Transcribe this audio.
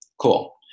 Cool